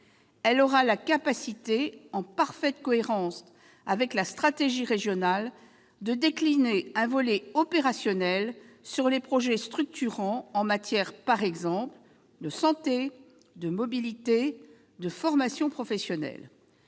Elle aura, enfin, la capacité, en parfaite cohérence avec la stratégie régionale, de décliner un volet opérationnel sur les projets structurants en matière, par exemple, de santé, de mobilités, de formation professionnelle.